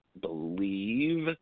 believe